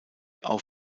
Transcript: auch